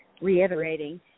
reiterating